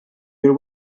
you